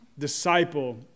disciple